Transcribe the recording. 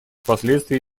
последствий